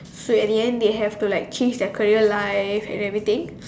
so at the end they had to like change their career life and everything